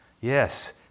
Yes